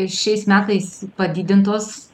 šiais metais padidintos